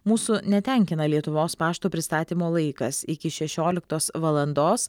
mūsų netenkina lietuvos pašto pristatymo laikas iki šešioliktos valandos